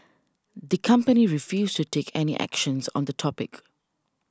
the company refused to take any actions on the topic